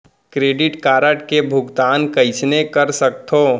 Credit card के भुगतान कइसने कर सकथो?